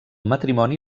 matrimoni